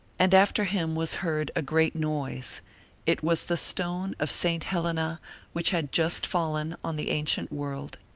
and after him was heard a great noise it was the stone of st. helena which had just fallen on the ancient world.